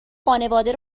خانواده